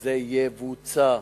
וזה יבוצע.